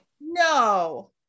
No